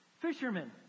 Fishermen